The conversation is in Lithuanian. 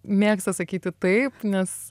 mėgsta sakyti taip nes